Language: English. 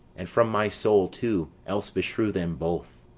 and from my soul too else beshrew them both.